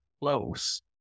close